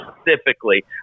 specifically